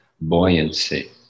buoyancy